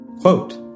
Quote